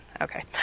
Okay